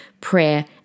prayer